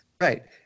Right